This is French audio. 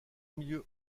milieu